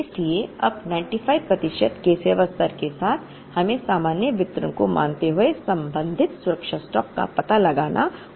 इसलिए अब 95 प्रतिशत के सेवा स्तर के साथ हमें सामान्य वितरण को मानते हुए संबंधित सुरक्षा स्टॉक का पता लगाना होगा